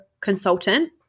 consultant